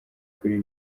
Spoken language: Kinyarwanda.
kuri